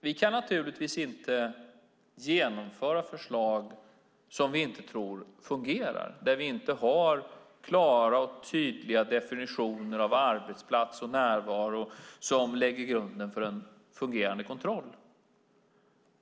Vi kan naturligtvis inte genomföra förslag som vi inte tror fungerar, där vi inte har klara och tydliga definitioner av arbetsplats och närvaro som lägger grunden för en fungerande kontroll.